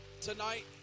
tonight